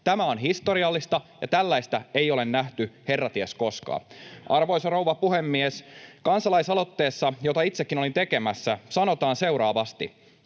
Tämä on historiallista, ja tällaista ei ole nähty herra ties koskaan. Arvoisa rouva puhemies! Kansalaisaloitteessa, jota itsekin olin tekemässä, sanotaan seuraavasti: